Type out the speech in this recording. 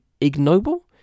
ignoble